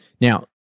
Now